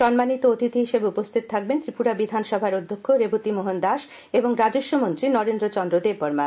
সম্মানিত অতিথি হিসেবে উপস্থিত থাকবেন ত্রিপুরা বিধানসভার অধ্যক্ষ রেবতী মোহন দাস এবং রাজস্ব মন্ত্রী নরেন্দ্র চন্দ্র দেববর্মা